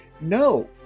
No